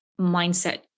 mindset